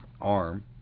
arm